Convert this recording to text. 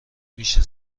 میشه